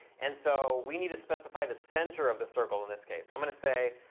and so we need to specify the center of the circle in this case. so i'm going to say,